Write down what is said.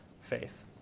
faith